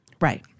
Right